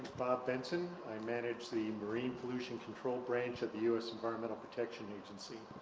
bob benson, i manage the marine pollution control branch at the u s. environmental protection agency.